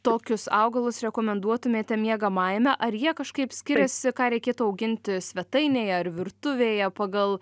tokius augalus rekomenduotumėte miegamajame ar jie kažkaip skiriasi ką reikėtų auginti svetainėje ar virtuvėje pagal